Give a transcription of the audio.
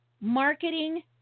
marketing